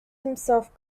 himself